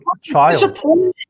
child